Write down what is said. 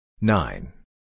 nine